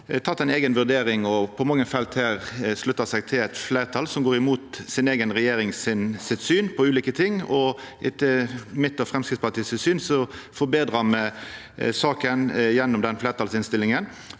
dei har teke ei eiga vurdering og på mange felt slutta seg til eit fleirtal som går imot deira eiga regjering sitt syn på ulike ting. Etter mitt og Framstegspartiet sitt syn forbetrar me saka gjennom denne fleirtalsinnstillinga,